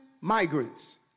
migrants